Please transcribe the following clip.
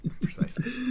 Precisely